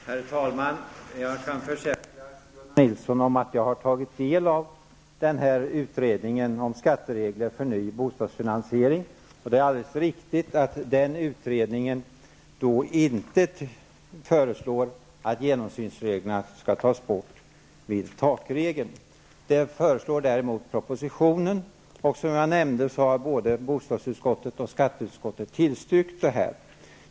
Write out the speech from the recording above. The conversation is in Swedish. Herr talman! Jag kan försäkra Gunnar Nilsson om att jag har tagit del av utredningen om skatteregler för ny bostadsfinansiering. Det är riktigt att den utredningen inte föreslår att genomsynsreglerna skall tas bort vid takregeln. Det föreslår däremot propositionen. Som jag nämnde har både bostadsutskottet och skatteutskottet tillstyrkt detta.